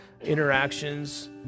interactions